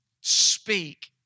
Speak